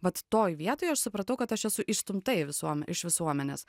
vat toj vietoj aš supratau kad aš esu išstumta į visuomenę iš visuomenės